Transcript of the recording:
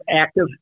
active